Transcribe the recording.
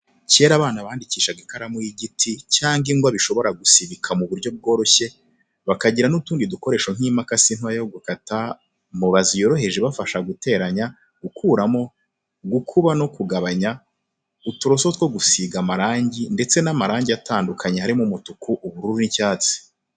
Kera abana bandikishaga ikaramu y'igiti cyangwa ingwa bishobora gusibika mu buryo bworoshye, bakagira n'utundi dukoresho nk'imakasi ntoya yo gukata, mubazi yoroheje ibafasha guteranya, gukuramo, gukuba no kugabanya, uturoso two gusiga amarangi ndetse n'amarangi atandukanye harimo umutuku, ubururu n'icyatsi.